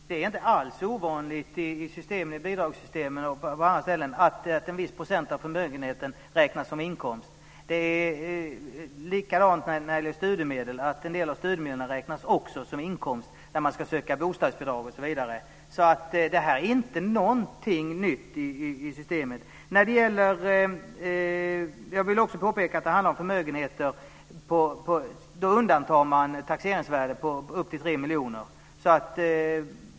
Fru talman! Det är inte alls ovanligt i bidragssystemen och på andra ställen att en viss procent av förmögenheten räknas som inkomst. Det är likadant med studiemedel, dvs. en del av studiemedlen räknas också som inkomst vid ansökan om bostadsbidrag osv. Här är det ingenting nytt i systemet. Jag vill också påpeka att vid dessa förmögenheter undantas taxeringsvärden på upp till 3 miljoner.